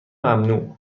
ممنوع